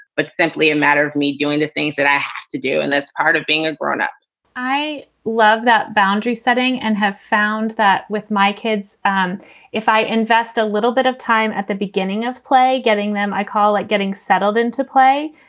but simply a matter of me doing the things that i have to do. and that's part of being a grown-up i love that boundary setting and have found that with my kids. and if i invest a little bit of time at the beginning of play, getting them, i call it like getting settled into play.